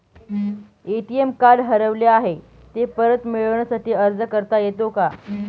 ATM card हरवले आहे, ते परत मिळण्यासाठी अर्ज करता येतो का?